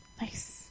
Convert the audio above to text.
Nice